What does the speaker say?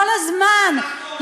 כל הזמן,